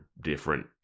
different